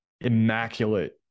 immaculate